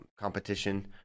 Competition